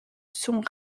sont